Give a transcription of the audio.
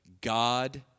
God